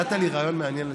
נתת לי רעיון מעניין לשיחה.